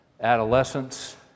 adolescence